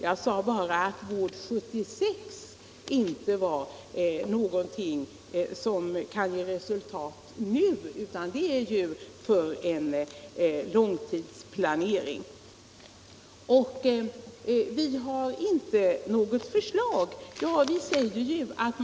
Jag sade bara att H 76 inte kan ge resultat nu utan att den är en långtidsplanering. Fp har inte något förslag, säger fru Dahl.